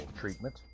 treatment